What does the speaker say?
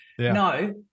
No